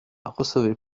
recevait